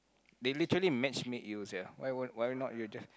they literally match make you sia why won't why you not you just